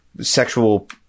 sexual